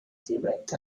direct